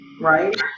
right